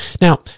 Now